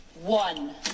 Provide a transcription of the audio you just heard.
one